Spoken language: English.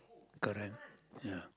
correct ya